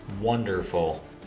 wonderful